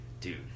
Dude